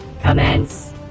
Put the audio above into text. Commence